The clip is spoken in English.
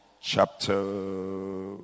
chapter